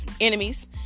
Enemies